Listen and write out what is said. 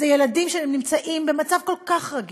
אלה ילדים שנמצאים במצב כל כך רגיש,